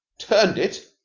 turned it!